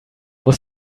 muss